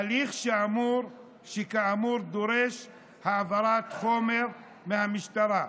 הליך שכאמור דורש העברת חומר מהמשטרה.